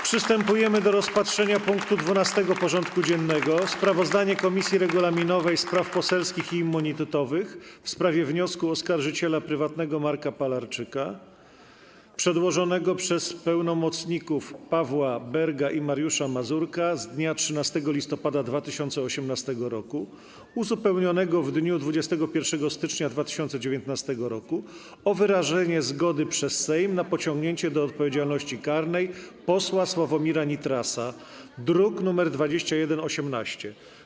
Przystępujemy do rozpatrzenia punktu 12. porządku dziennego: Sprawozdanie Komisji Regulaminowej, Spraw Poselskich i Immunitetowych w sprawie wniosku oskarżyciela prywatnego Marka Palarczyka przedłożonego przez pełnomocników Pawła Berga i Mariusza Mazurka z dnia 13 listopada 2018 r., uzupełnionego w dniu 21 stycznia 2019 r., o wyrażenie zgody przez Sejm na pociągnięcie do odpowiedzialności karnej posła Sławomira Nitrasa (druk nr 2118)